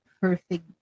perfect